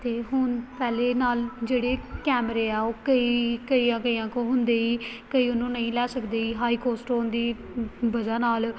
ਅਤੇ ਹੁਣ ਪਹਿਲਾਂ ਨਾਲੋਂ ਜਿਹੜੇ ਕੈਮਰੇ ਆ ਉਹ ਕਈ ਕਈਆਂ ਕਈਆਂ ਕੋਲ ਹੁੰਦੇ ਸੀ ਕਈ ਉਹਨੂੰ ਨਹੀਂ ਲੈ ਸਕਦੇ ਸੀ ਹਾਈ ਕੋਸਟ ਹੋਣ ਦੀ ਵਜ੍ਹਾ ਨਾਲ